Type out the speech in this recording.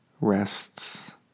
rests